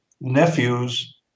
nephews